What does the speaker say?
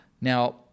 Now